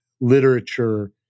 literature